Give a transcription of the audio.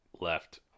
left